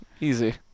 Easy